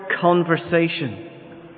conversation